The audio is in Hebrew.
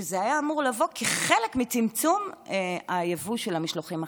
כשזה היה אמור לבוא כחלק מצמצום היבוא של המשלוחים החיים.